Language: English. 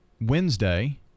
Wednesday